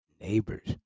neighbors